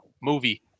movie